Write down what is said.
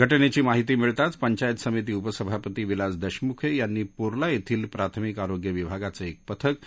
घटनेची माहिती मिळताच पंचायत समिती उपसभापती विलास दशमुखे यांनी पोर्ला येथील प्राथमिक आरोग्य विभागाचे एक पथक साखरा येथे पाठविले